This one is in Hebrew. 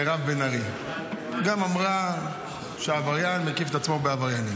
מירב בן ארי אמרה שעבריין מקיף את עצמו בעבריינים.